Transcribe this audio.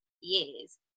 years